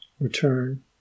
Return